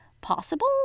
possible